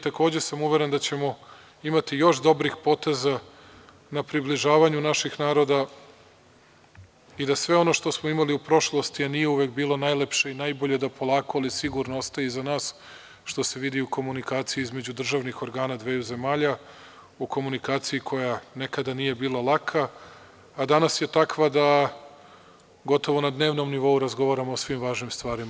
Takođe sam uveren da ćemo imati još dobrih poteza na približavanju naših naroda i da sve ono što smo imali u prošlosti, a nije uvek bilo najlepše i najbolje, da polako ali sigurno ostaje iza nas, što se vidi i u komunikaciji između državnih organa dveju zemalja, u komunikaciji koja nekada nije bila laka, a danas je takva da gotovo na dnevnom nivou razgovaramo o svim važnim stvarima.